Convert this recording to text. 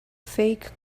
fake